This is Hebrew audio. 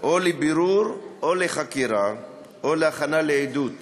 או לבירור או לחקירה או להכנה לעדות